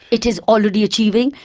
it is already achieving,